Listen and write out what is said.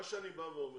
אני אומר